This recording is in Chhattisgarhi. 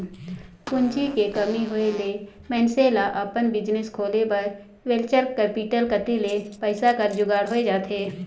पूंजी के कमी होय ले मइनसे ल अपन बिजनेस खोले बर वेंचर कैपिटल कती ले पइसा कर जुगाड़ होए जाथे